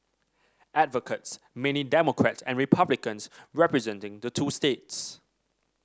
advocates mainly Democrats and Republicans representing the two states